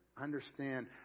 Understand